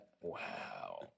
Wow